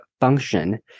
function